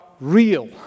real